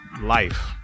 life